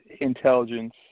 intelligence